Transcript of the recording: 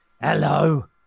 hello